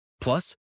Plus